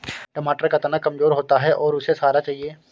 टमाटर का तना कमजोर होता है और उसे सहारा चाहिए